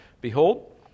Behold